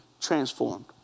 transformed